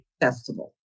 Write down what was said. Festival